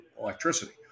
electricity